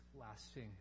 lasting